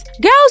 girls